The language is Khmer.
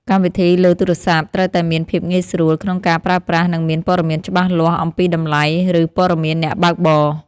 កម្មវិធីលើទូរស័ព្ទត្រូវតែមានភាពងាយស្រួលក្នុងការប្រើប្រាស់ និងមានព័ត៌មានច្បាស់លាស់អំពីតម្លៃ ឬព័ត៌មានអ្នកបើកបរ។